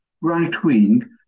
right-wing